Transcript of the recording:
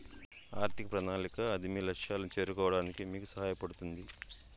ఆర్థిక ప్రణాళిక అది మీ లక్ష్యాలను చేరుకోవడానికి మీకు సహాయపడుతుంది